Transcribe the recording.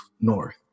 north